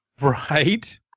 Right